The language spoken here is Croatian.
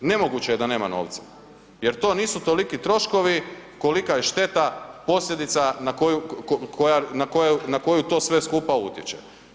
Nemoguće je da nema novca jer to nisu toliki troškovi kolika je šteta posljedica na koju to sve skupa utječe.